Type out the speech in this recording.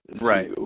right